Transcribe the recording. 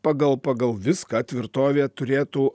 pagal pagal viską tvirtovė turėtų